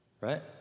right